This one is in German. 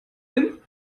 hin